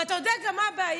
ואתה גם יודע מה הבעיה?